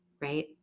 right